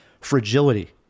fragility